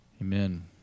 Amen